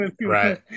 right